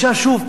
כעד ראייה,